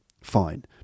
fine